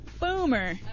Boomer